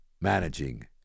managing